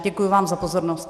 Děkuji vám za pozornost.